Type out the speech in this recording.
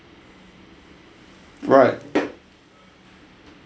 right